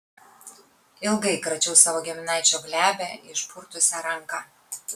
ilgai kračiau savo giminaičio glebią išpurtusią ranką